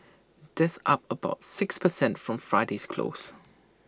that's up about six per cent from Friday's close